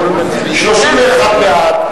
31 בעד,